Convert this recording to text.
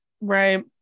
Right